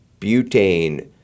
butane